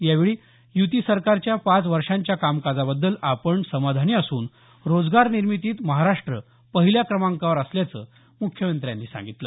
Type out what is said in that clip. यावेळी युती सरकारच्या पाच वर्षाच्या कामकाजाबद्दल आपण समाधानी असून रोजगार निर्मितीत महाराष्ट्र पहिल्या क्रमांकावर असल्याचं मुख्यमंत्र्यांनी सांगितलं